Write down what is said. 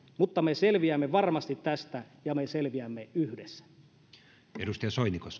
mutta me selviämme varmasti tästä ja me selviämme yhdessä